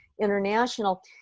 International